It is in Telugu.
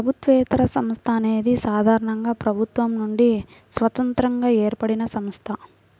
ప్రభుత్వేతర సంస్థ అనేది సాధారణంగా ప్రభుత్వం నుండి స్వతంత్రంగా ఏర్పడినసంస్థ